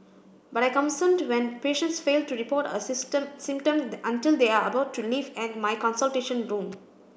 but I concerned when patients fail to report a system symptom until they are about to leave and my consultation room